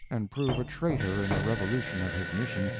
and prove a traitor in the revolution of his mission,